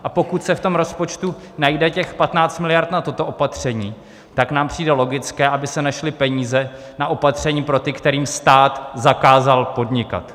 A pokud se v tom rozpočtu najde těch 15 miliard na toto opatření, tak nám přijde logické, aby se našly peníze na opatření pro ty, kterým stát zakázal podnikat.